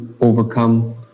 overcome